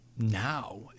now